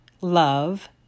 love